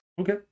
Okay